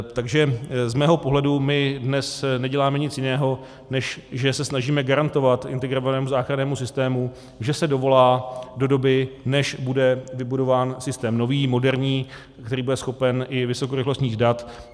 Takže z mého pohledu my dnes neděláme nic jiného, než že se snažíme garantovat integrovanému záchrannému systému, že se dovolá do doby, než bude vybudován systém nový, moderní, který bude schopen i vysokorychlostních dat.